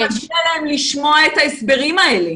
יושבים פה ילדים ומגיע להם לשמוע את ההסברים האלה.